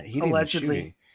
Allegedly